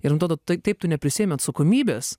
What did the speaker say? ir man atrodo tai taip tu neprisiėmi atsakomybės